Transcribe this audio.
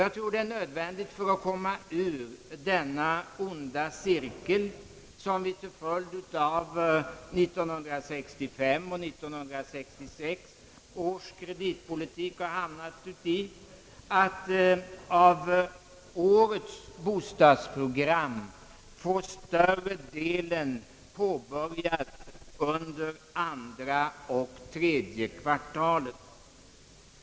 Jag tror att det är nödvändigt att vi, för att komma ur den onda cirkel, vilken vi hamnat i till följd av 1965 och 1966 års kreditpolitik, får större delen av igångsättningen i årets bostadsprogram förlagd till andra och tredje kvartalen.